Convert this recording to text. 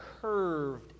curved